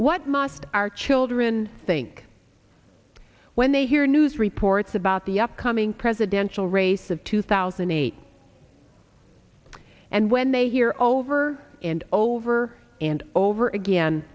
what must our children think when they hear news reports about the upcoming presidential race of two thousand and eight and when they hear over and over and over again